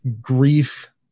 grief